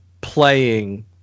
playing